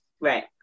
right